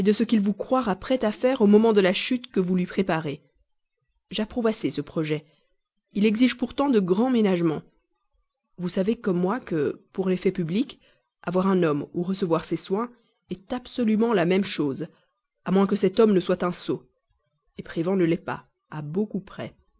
ce qu'il vous croira prête à faire au moment de la chute que vous lui préparez j'approuve assez ce projet il exige pourtant de grands ménagements vous savez comme moi que pour l'effet public avoir un homme ou recevoir ses soins est absolument la même chose à moins que cet homme ne soit un sot prévan ne l'est pas à beaucoup près